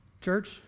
Church